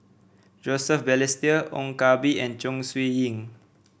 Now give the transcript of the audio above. Joseph Balestier Ong Koh Bee and Chong Siew Ying